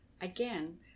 Again